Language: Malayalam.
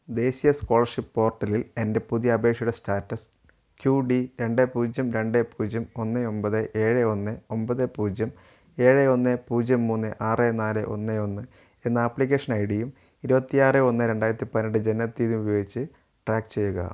ദേശീയ സ്കോളർഷിപ്പ് പോർട്ടലിൽ എൻ്റെ പുതിയ അപേക്ഷയുടെ സ്റ്റാറ്റസ് ക്യുഡി രണ്ട് പൂജ്യം രണ്ട് പൂജ്യം ഒന്ന് ഒമ്പത് ഏഴ് ഒന്ന് ഒമ്പത് പൂജ്യം ഏഴ് ഒന്ന് പൂജ്യം മൂന്ന് ആറ് നാല് ഒന്ന് ഒന്ന് എന്ന ആപ്ലിക്കേഷൻ ഐടിയും ഇരുപത്തി ആറ് ഒന്ന് രണ്ടായിരത്തി പതിനെട്ട് ജനനത്തീയതി ഉപയോഗിച്ച് ട്രാക്ക് ചെയ്യുക